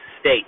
state